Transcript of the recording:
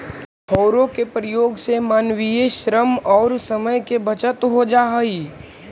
हौरो के प्रयोग से मानवीय श्रम औउर समय के बचत हो जा हई